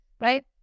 right